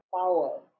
power